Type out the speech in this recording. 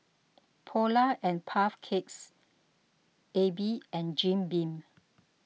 Polar and Puff Cakes Aibi and Jim Beam